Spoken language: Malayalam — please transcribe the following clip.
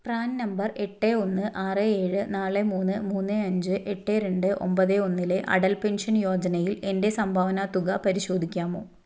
പ്രാൻ നമ്പർ എട്ട് ഒന്ന് ആറ് ഏഴ് നാല് മൂന്ന് മൂന്ന് അഞ്ച് എട്ട് രണ്ട് ഒമ്പത് ഒന്നിലെ അടൽ പെൻഷൻ യോജനയിൽ എൻ്റെ സംഭാവന തുക പരിശോധിക്കാമോ